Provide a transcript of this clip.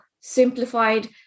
simplified